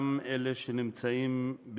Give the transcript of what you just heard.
גם אלה משכונתי,